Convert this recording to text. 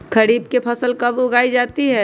खरीफ की फसल कब उगाई जाती है?